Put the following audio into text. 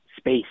Space